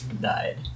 Died